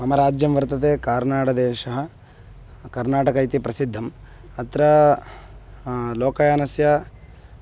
मम राज्यं वर्तते कार्नाडदेशः कर्णाटकम् इति प्रसिद्धम् अत्र लोकयानस्य